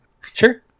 Sure